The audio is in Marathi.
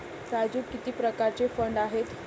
राजू किती प्रकारचे फंड आहेत?